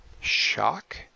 shock